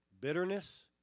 Bitterness